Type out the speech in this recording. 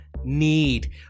need